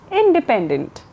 independent